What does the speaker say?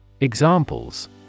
Examples